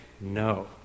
no